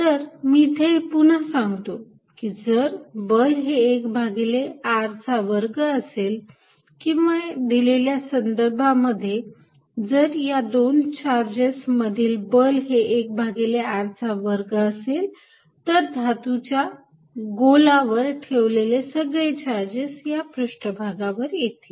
तर मी इथे हे पुन्हा सांगतो की जर बल हे एक भागिले r चा वर्ग असेल किंवा या दिलेल्या संदर्भामध्ये जर या दोन चार्जेस मधील बल हे एक भागिले r चा वर्ग असेल तर या धातूच्या गोलावर ठेवलेले सगळे चार्जेस या पृष्ठभागावर येतील